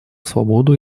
свободу